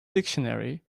dictionary